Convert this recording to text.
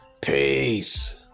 peace